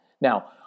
Now